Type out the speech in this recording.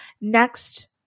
Next